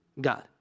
God